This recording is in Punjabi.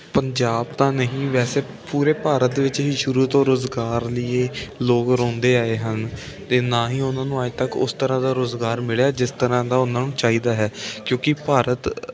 ਪੰਜਾਬ ਤਾਂ ਨਹੀਂ ਵੈਸੇ ਪੂਰੇ ਭਾਰਤ ਵਿੱਚ ਹੀ ਸ਼ੁਰੂ ਤੋਂ ਰੁਜ਼ਗਾਰ ਲੀਏ ਲੋਕ ਰੋਂਦੇ ਆਏ ਹਨ ਅਤੇ ਨਾ ਹੀ ਉਹਨਾਂ ਨੂੰ ਅੱਜ ਤੱਕ ਉਸ ਤਰ੍ਹਾਂ ਦਾ ਰੁਜ਼ਗਾਰ ਮਿਲਿਆ ਜਿਸ ਤਰ੍ਹਾਂ ਦਾ ਉਹਨਾਂ ਨੂੰ ਚਾਹੀਦਾ ਹੈ ਕਿਉਂਕਿ ਭਾਰਤ